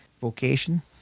vocation